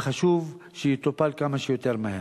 וחשוב שיטופל כמה שיותר מהר.